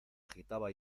agitaba